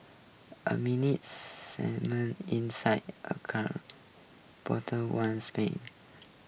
a mini inside a car bottle ones pen